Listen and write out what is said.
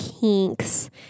kinks